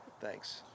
Thanks